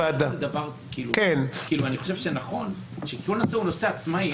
אני חושב שנכון שכל נושא הוא נושא עצמאי.